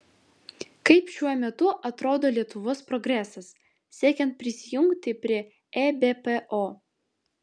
kaip šiuo metu atrodo lietuvos progresas siekiant prisijungti prie ebpo